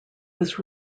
was